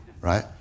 Right